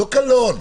לא קלון.